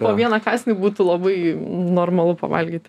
po vieną kąsnį būtų labai normalu pavalgyt